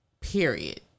period